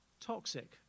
toxic